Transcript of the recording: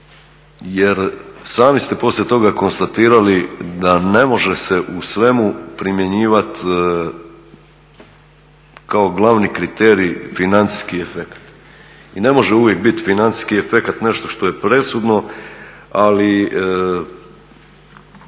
jer sami ste poslije toga konstatirali da ne može se u svemu primjenjivati kao glavni kriterij financijski efekt. I ne može uvijek biti financijski efekat nešto što je presudno, ali